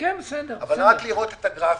אבל רק לראות את הגרפים,